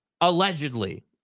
allegedly